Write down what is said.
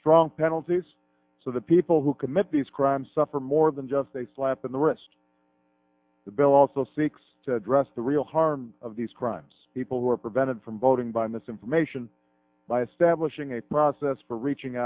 strong penalties so the people who commit these crimes suffer more than just a slap on the wrist the bill also seeks to address the real harm of these crimes people who are prevented from voting by misinformation by establishing a process for reaching